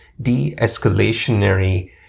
de-escalationary